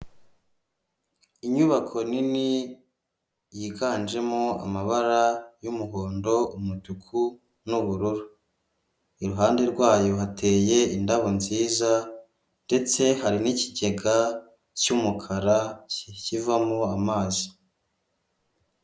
Inyubako nini yiganjemo amabara y'umuhondo ,umutuku n'ubururu ,iruhande rwayo hateye indabo nziza ndetse hari n'ikigega cy'umukara kivamo amazi.